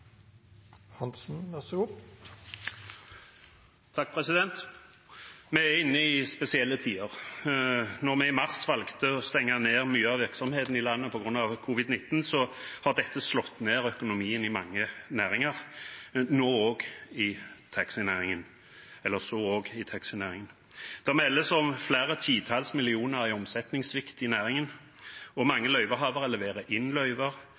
Vi er inne i spesielle tider. Etter at vi i mars valgte å stenge ned mye av virksomheten i landet på grunn av covid-19, har dette slått ned økonomien i mange næringer, så også i taxinæringen. Det meldes om flere titalls millioner i omsetningssvikt i næringen. Mange løyvehavere leverer inn løyver,